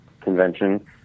convention